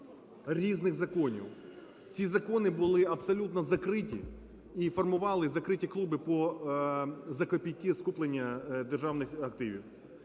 різних законів. Ці закони були абсолютно закриті і формували закриті клуби по… за копійки скуплення державних активів.